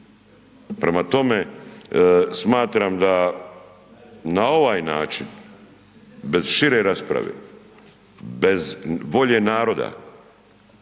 Prema tome, smatram da na ovaj način bez šire rasprave, bez volje naroda,